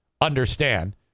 understand